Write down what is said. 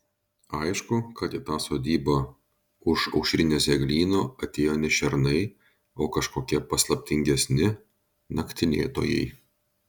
aišku kad į tą sodybą už aušrinės eglyno atėjo ne šernai o kažkokie paslaptingesni naktinėtojai